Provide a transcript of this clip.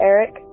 Eric